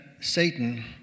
Satan